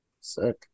Sick